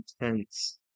intense